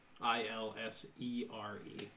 I-L-S-E-R-E